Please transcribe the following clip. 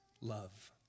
love